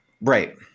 Right